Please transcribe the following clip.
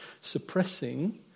suppressing